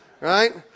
right